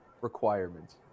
requirements